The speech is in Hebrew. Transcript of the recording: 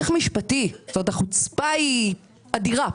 זאת אומרת, החוצפה כאן היא אדירה.